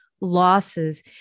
losses